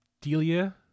Delia